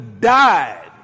died